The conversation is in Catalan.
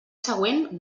següent